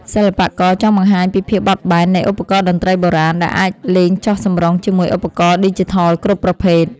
សិល្បករចង់បង្ហាញពីភាពបត់បែននៃឧបករណ៍តន្ត្រីបុរាណ ដែលអាចលេងចុះសម្រុងជាមួយឧបករណ៍ឌីជីថលគ្រប់ប្រភេទ។